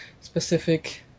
specific